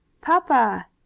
Papa